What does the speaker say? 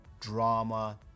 drama